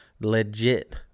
Legit